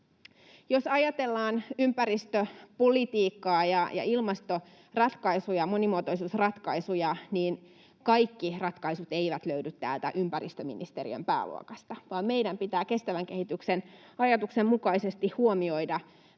Jos ajatellaan ympäristöpolitiikkaa ja ilmastoratkaisuja, monimuotoisuusratkaisuja, niin kaikki ratkaisut eivät löydy täältä ympäristöministeriön pääluokasta, vaan meidän pitää kestävän kehityksen ajatuksen mukaisesti huomioida